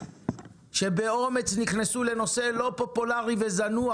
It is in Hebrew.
שבאומץ נכנסו לנושא לא פופולארי וזנוח.